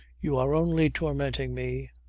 you are only tormenting me,